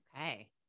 Okay